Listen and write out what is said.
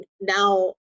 now